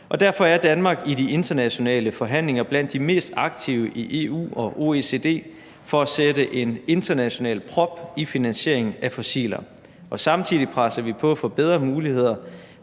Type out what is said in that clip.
Derfor er Danmark i de internationale forhandlinger blandt de mest aktive i EU og OECD for at sætte en international prop i finansieringen af fossiler, og samtidig presser vi på for bedre muligheder